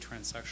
transsexual